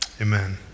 amen